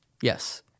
yes